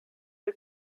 wir